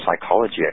psychology